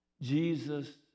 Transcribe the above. Jesus